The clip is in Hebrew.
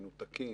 מנותקים,